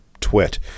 twit